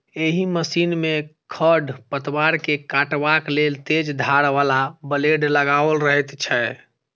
एहि मशीन मे खढ़ पतवार के काटबाक लेल तेज धार बला ब्लेड लगाओल रहैत छै